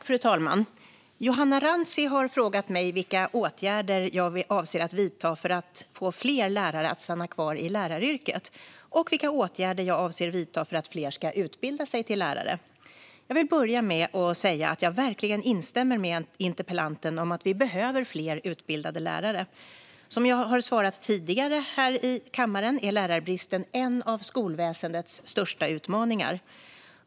Fru talman! Johanna Rantsi har frågat mig vilka åtgärder jag avser att vidta för att få fler lärare att stanna kvar i läraryrket och vilka åtgärder jag avser att vidta för att fler ska utbilda sig till lärare. Jag vill börja med att säga att jag verkligen instämmer med interpellanten i att vi behöver fler utbildade lärare. Som jag har svarat tidigare här i kammaren är lärarbristen en av skolväsendets största utmaningar.